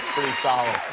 solid.